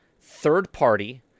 third-party